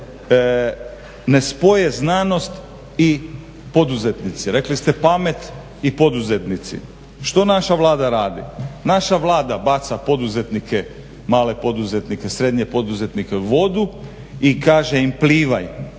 ne spoje znanost i poduzetnici, rekli ste pamet i poduzetnici. Što naša Vlada radi? Naša Vlada baca poduzetnike, male poduzetnike, srednje poduzetnike u vodu i kaže im plivaj